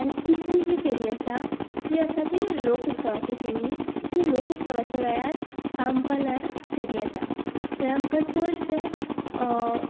आनी तिसरी जी फेरी आसा ती आसा ती लोकोत्सवाची फेरी ती लोकोत्सवाच्या वेळार काम्पालार फेरी येता थंय आमकां चडशे